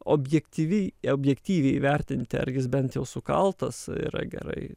objektyviai objektyviai įvertinti ar jis bent jau sukaltas yra gerai